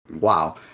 wow